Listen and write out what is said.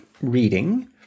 reading